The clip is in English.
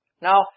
Now